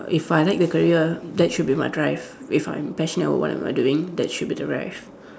if I like the career that should be my drive if I'm passionate on what am I doing that should be the drive